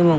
এবং